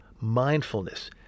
mindfulness